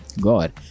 god